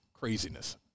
craziness